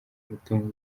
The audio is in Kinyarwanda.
umutungo